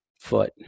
foot